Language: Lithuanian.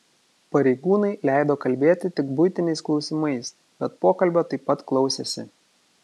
pareigūnai leido kalbėti tik buitiniais klausimais bet pokalbio taip pat klausėsi